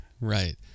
right